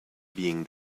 being